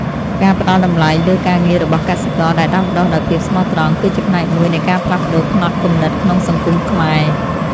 ការផ្តល់តម្លៃលើការងាររបស់កសិករដែលដាំដុះដោយភាពស្មោះត្រង់ គឺជាផ្នែកមួយនៃការផ្លាស់ប្តូរផ្នត់គំនិតក្នុងសង្គមខ្មែរ។